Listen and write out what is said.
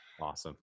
Awesome